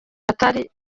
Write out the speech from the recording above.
batari